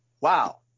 wow